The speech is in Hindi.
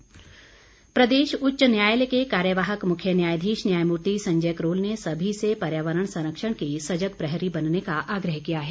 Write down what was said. न्यायाधीश प्रदेश उच्च न्यायालय के कार्यवाहक मुख्य न्यायाधीश न्यायमूर्ति संजय करोल ने सभी से पर्यावरण संरक्षण के सजग प्रहरी बनने का आग्रह किया है